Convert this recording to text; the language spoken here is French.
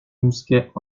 mousquets